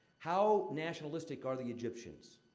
how nationalistic are the egyptians?